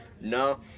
no